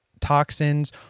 toxins